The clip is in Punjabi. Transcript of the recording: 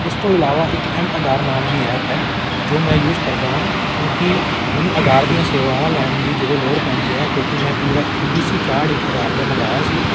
ਇਸ ਤੋਂ ਇਲਾਵਾ ਇੱਕ ਐੱਮ ਆਧਾਰ ਨਾਮ ਦੀ ਐਪ ਹੈ ਜੋ ਮੈਂ ਯੂਸ ਕਰਦਾ ਹਾਂ ਕਿਉਂਕਿ ਮੈਨੂੰ ਆਧਾਰ ਦੀਆਂ ਸੇਵਾਵਾਂ ਲੈਣ ਦੀ ਜਦੋਂ ਲੋੜ ਪੈਂਦੀ ਹੈ ਕਿਉਂਕਿ ਮੈਂ P by P V C card ਇੱਕ ਆਧਾਰ ਦਾ ਮੰਗਵਾਇਆ ਸੀ